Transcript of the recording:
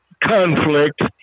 conflict